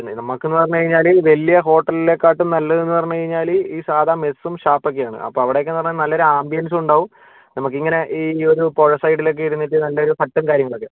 നമുക്കെന്നു പറഞ്ഞു കഴിഞ്ഞാല് വലിയ ഹോട്ടലിനെക്കാട്ടും നല്ലതെന്നു പറഞ്ഞു കഴിഞ്ഞാല് ഈ സാധാ മെസ്സും ഷാപ്പൊക്കെയാണ് അപ്പോൾ അവിടെയൊക്കെയെന്ന് പറഞ്ഞാൽ നല്ലൊരു ആമ്പിയൻസും ഉണ്ടാവും നമുക്കിങ്ങനെ ഈ ഒരു പുഴ സൈഡിലൊക്കെ ഇരുന്നിട്ട് നല്ലൊരു ഹട്ടും കാര്യങ്ങളൊക്കെ